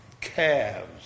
calves